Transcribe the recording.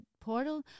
portal